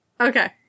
okay